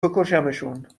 بکشمشون